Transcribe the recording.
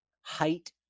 height